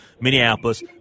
Minneapolis